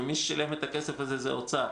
ומי ששילם את הכסף הזה זה האוצר.